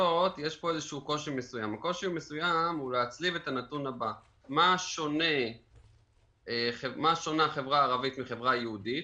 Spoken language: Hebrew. הקושי הוא להצליב את הנתון הבא: השוני בין חברה ערבית לחברה יהודית.